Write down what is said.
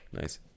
Nice